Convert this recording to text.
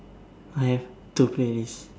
I have two playlists